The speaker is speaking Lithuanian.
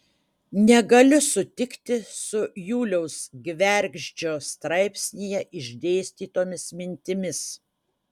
negaliu sutikti su juliaus gvergždžio straipsnyje išdėstytomis mintimis